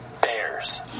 Bears